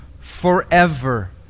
forever